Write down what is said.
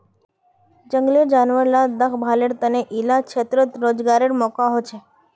जनगलेर जानवर ला देख्भालेर तने इला क्षेत्रोत रोज्गारेर मौक़ा होछे